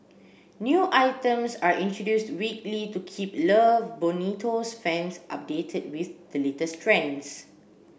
new items are introduced weekly to keep Love Bonito's fans updated with the latest trends